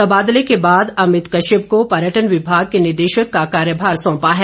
तबादले के बाद अमित कश्यप को पर्यटन विभाग के निदेशक का कार्यभार सौंपा है